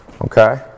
Okay